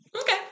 Okay